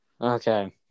Okay